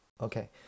Okay